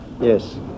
Yes